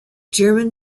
german